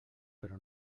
però